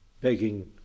begging